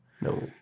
No